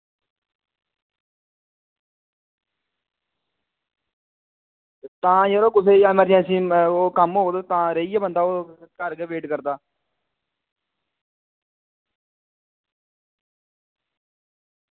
तां यरो कुसै गी ऐमरजेंसी ओह् कम्म होग ते तां रेही गेआ बंदा ओह् घर गै वेट करदा